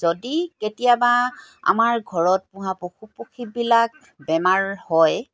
যদি কেতিয়াবা আমাৰ ঘৰত পোহা পশু পক্ষীবিলাক বেমাৰ হয়